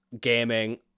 gaming